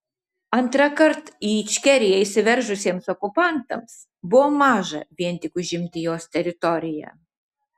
antrąkart į ičkeriją įsiveržusiems okupantams buvo maža vien tik užimti jos teritoriją